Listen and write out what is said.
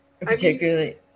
Particularly